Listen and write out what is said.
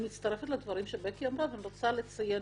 אני מצטרפת לדברים שבקי אמרה ורוצה לציין